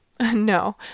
No